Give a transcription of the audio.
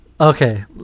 Okay